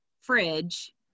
fridge